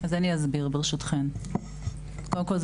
קודם כל,